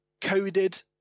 coded